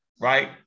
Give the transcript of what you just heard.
right